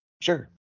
sure